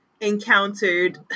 encountered